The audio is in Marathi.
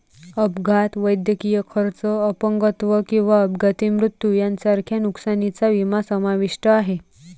अपघात, वैद्यकीय खर्च, अपंगत्व किंवा अपघाती मृत्यू यांसारख्या नुकसानीचा विमा समाविष्ट आहे